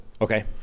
Okay